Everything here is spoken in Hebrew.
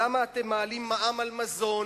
למה אתם מעלים את המע"מ על מזון,